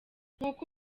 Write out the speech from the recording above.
nk’uko